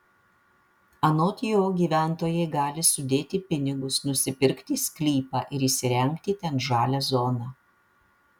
anot jo gyventojai gali sudėti pinigus nusipirkti sklypą ir įsirengti ten žalią zoną